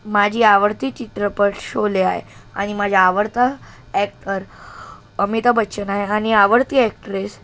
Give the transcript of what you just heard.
माझी आवडती चित्रपट शोले आहे आणि माझा आवडता ॲक्टर अमिता बच्चन आहे आणि आवडती ॲक्टरेस